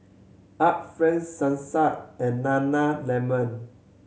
Art Friend Sasa and Nana Lemon